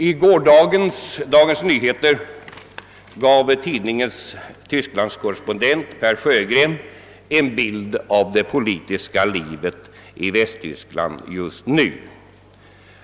I gårdagens DN gav tidningens tysklandskorrespondent Per Sjögren en bild av det politiska livet i Västtyskland just nu.